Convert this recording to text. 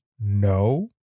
no